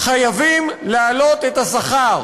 חייבים להעלות את השכר.